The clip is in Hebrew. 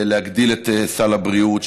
להגדיל את סל הבריאות,